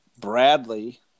Bradley